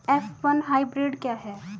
F one hybrid क्या है?